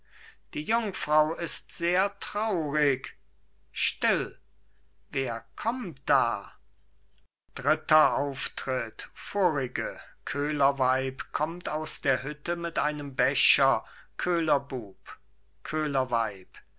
die jungfrau ist sehr traurig still wer kommt da dritter auftritt vorige köhlerweib kommt aus der hütte mit einem becher köhlerbub köhlerweib